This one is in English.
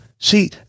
See